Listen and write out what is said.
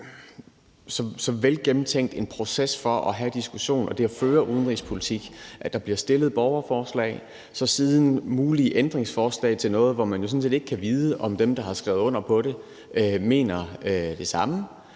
så velgennemtænkt proces for at have diskussionen og det at føre udenrigspolitik, at der bliver stillet borgerforslag og så sidenhen mulige ændringsforslag til det, hvor man sådan set ikke kan vide, om dem, der har skrevet under på det, mener det samme